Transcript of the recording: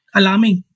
alarming